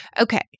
okay